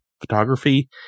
photography